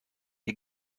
you